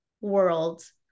world